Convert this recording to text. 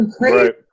Right